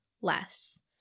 less